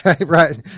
Right